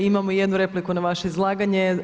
Imamo jednu repliku na vaše izlaganje.